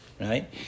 right